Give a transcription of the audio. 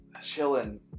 chilling